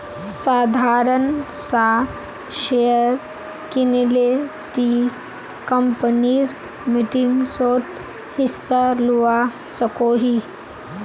साधारण सा शेयर किनले ती कंपनीर मीटिंगसोत हिस्सा लुआ सकोही